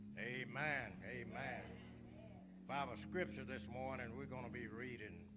a man a man fiber scripture this morning, we're gonna be reading